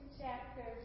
chapter